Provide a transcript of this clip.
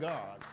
God